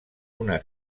una